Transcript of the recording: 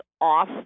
off